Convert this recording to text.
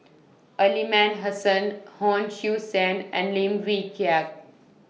Aliman Hassan Hon Sui Sen and Lim Wee Kiak